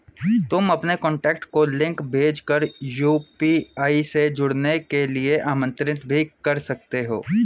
तुम अपने कॉन्टैक्ट को लिंक भेज कर यू.पी.आई से जुड़ने के लिए आमंत्रित भी कर सकते हो